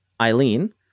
Eileen